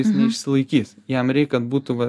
jis neišsilaikys jam reik kad būtų va